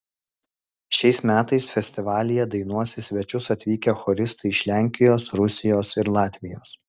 šiais metais festivalyje dainuos į svečius atvykę choristai iš lenkijos rusijos ir latvijos